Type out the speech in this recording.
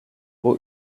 who